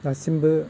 दासिमबो